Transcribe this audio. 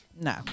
no